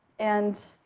and